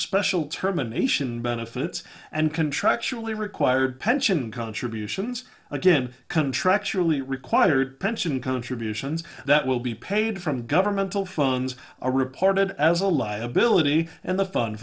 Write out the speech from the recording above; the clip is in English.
special terminations benefits and contractually required pension contributions again contractually required pension contributions that will be paid from governmental phones are reported as a liability and the